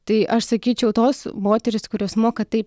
tai aš sakyčiau tos moterys kurios moka taip